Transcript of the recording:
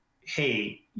hey